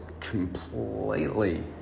completely